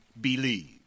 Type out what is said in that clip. believe